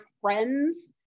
friends